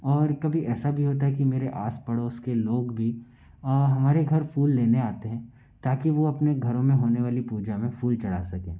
और कभी ऐसा भी होता है कि मेरे आस पड़ोस के लोग भी हमारे घर फूल लेने आते हैं ताकि वह अपने घरों में होने वाली पूजा में फूल चढ़ा सके